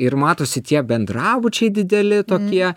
ir matosi tie bendrabučiai dideli tokie